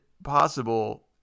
Possible